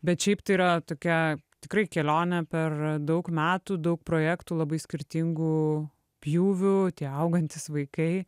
bet šiaip tai yra tokia tikrai kelionė per daug metų daug projektų labai skirtingų pjūvių tie augantys vaikai